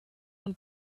und